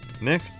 Nick